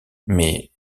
mais